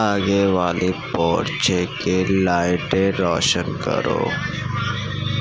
آگے والی پورچے کے لائٹیں روشن کرو